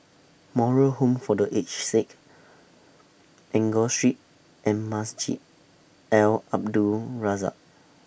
Moral Home For The Aged Sick Enggor Street and Masjid Al Abdul Razak